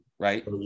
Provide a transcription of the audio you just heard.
Right